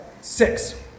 Six